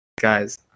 guys